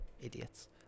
idiots